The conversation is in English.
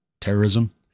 terrorism